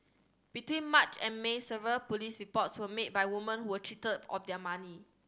between March and May several police reports were made by woman who were cheated of their money